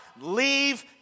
leave